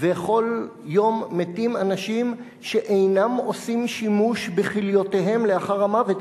כל יום מתים אנשים שאינם עושים שימוש בכליותיהם לאחר המוות,